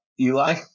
Eli